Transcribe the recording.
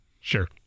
Sure